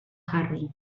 jarri